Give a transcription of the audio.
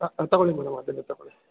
ಹಾಂ ತಗೊಳ್ಳಿ ಮೇಡಮ್ ಅದನ್ನೇ ತಗೊಳ್ಳಿ